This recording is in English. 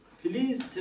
please